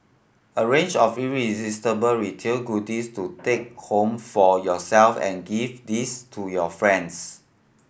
a range of irresistible retail goodies to take home for yourself and gift these to your friends